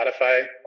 Spotify